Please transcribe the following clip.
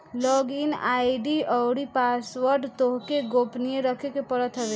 log in ID अउरी password तोहके गोपनीय रखे के पड़त हवे